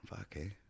okay